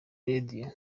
radio